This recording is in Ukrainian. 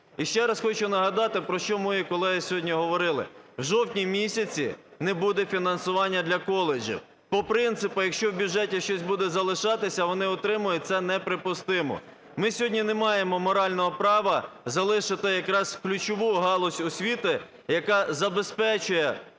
І ще раз хочу нагадати, про що мої колеги сьогодні говорили: у жовтні місяці не буде фінансування для коледжів. По принципу, якщо у бюджеті щось буде залишатися, вони отримують, це неприпустимо. Ми сьогодні не маємо морального права залишити якраз ключову галузь освіти, яка забезпечує